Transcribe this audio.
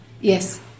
Yes